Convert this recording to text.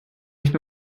nicht